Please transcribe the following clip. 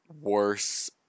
worse